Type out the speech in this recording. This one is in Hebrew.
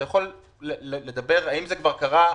אתה יכול לומר האם זה כבר קרה,